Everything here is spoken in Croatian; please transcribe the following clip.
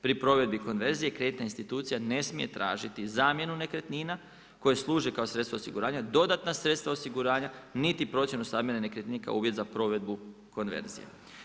Pri provedbi konverzije kreditna institucija ne smije tražiti zamjenu nekretnina koje služe kao sredstvo osiguranja, dodatna sredstva osiguranja, niti procjenu stambene nekretnine kao uvjet za provedbu konverzije.